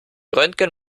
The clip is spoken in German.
röntgen